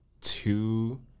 two